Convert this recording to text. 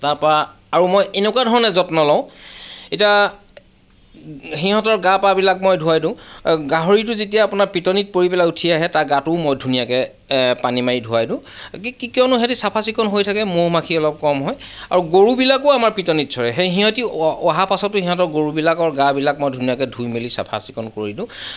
তাৰপৰা আৰু মই এনেকুৱা ধৰণে যত্ন লওঁ এতিয়া সিহঁতৰ গা পাবিলাক মই ধোৱাই দিওঁ গাহৰিটো যেতিয়া আপোনাৰ পিটনিত পৰি পেলাই উঠি আহে তাৰ গাটোও মই ধুনীয়াকে পানী মাৰি ধোৱাই দিওঁ কি কিয়নো সিহঁতি চাফা চিকুন হৈ থাকে মৌমাখি অলপ কম হয় আৰু গৰুবিলাকো আমাৰ পিটনিত চৰে সেই সিহঁতে অহাৰ পাছতো সিহঁতে গৰুবিলাকৰ গাবিলাক মই ধুনীয়াকৈ ধুই মেলি চাফা চিকুন কৰি দিওঁ